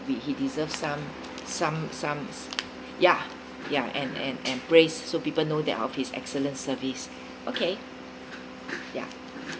we he deserves some some some ya ya and and and praised so people know that how's his excellent service okay ya